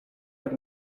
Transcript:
jak